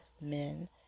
men